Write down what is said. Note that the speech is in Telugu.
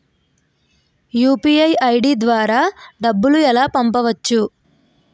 యు.పి.ఐ ఐ.డి ద్వారా డబ్బులు ఎలా పంపవచ్చు?